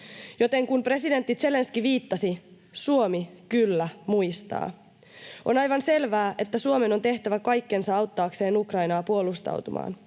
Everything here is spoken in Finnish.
niin kuin presidentti Zelenskyi viittasi, Suomi kyllä muistaa. On aivan selvää, että Suomen on tehtävä kaikkensa auttaakseen Ukrainaa puolustautumaan.